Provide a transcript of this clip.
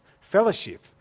fellowship